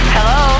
Hello